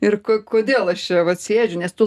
ir ko kodėl aš čia vat sėdžiu nes tu